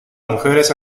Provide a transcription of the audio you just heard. mujeres